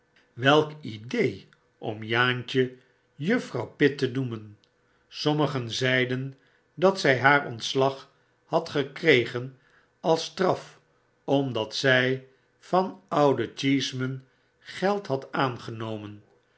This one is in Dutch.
welk idee om jaantje juffrouw pitt tenoemen sommigen zeiden dat zy haar ontslag had gekregen als straf omdat zy van ouden cheeseman geld had aangenomen